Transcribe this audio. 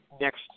next